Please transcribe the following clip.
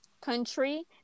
country